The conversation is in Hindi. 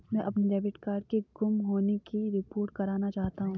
मैं अपने डेबिट कार्ड के गुम होने की रिपोर्ट करना चाहता हूँ